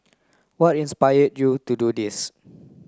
what inspired you to do this